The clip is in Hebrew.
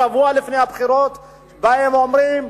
שבוע לפני הבחירות באים ואומרים,